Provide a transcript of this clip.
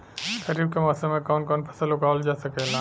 खरीफ के मौसम मे कवन कवन फसल उगावल जा सकेला?